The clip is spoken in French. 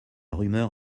rumeur